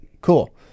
cool